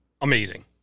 amazing